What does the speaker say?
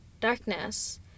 darkness